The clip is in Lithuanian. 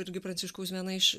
irgi pranciškaus viena iš